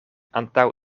antaŭ